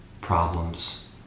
problems